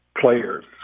players